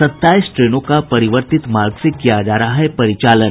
सत्ताईस ट्रेनों का परिवर्तित मार्ग से किया जा रहा है परिचालन